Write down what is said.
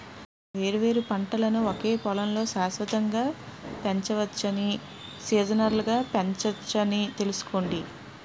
వేర్వేరు పంటలను ఒకే పొలంలో శాశ్వతంగా పెంచవచ్చని, సీజనల్గా పెంచొచ్చని తెలుసుకోండి